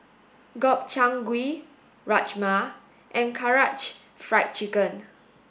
Gobchang Gui Rajma and Karaage Fried Chicken